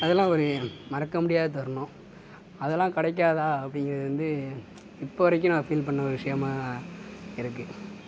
அதெலாம் ஒரு மறக்கமுடியாத தருணம் அதெலாம் கிடைக்காதா அப்படிங்குறது வந்து இப்போ வரைக்கும் நான் ஃபீல் பண்ண விஷியமாக இருக்கு